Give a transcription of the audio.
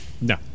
No